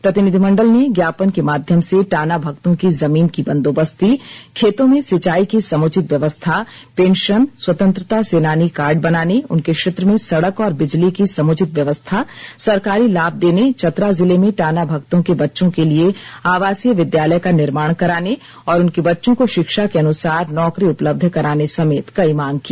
प्रतिनिधिमंडल ने ज्ञापन के माध्यम से टाना भगतों की जमीन की बंदोबस्ती खेतों में सिंचाई की समुचित व्यवस्था पेंशन स्वतंत्रता सेनानी कार्ड बनाने उनके क्षेत्र में सड़क और बिजली की समुचित व्यवस्था सरकारी लाभ देने चतरा जिले में टाना भगतों के बच्चों के लिए आवासीय विद्यालय का निर्माण कराने और उनके बच्चों को शिक्षा के अनुसार नौकरी उपलब्ध कराने समेत कई मांग की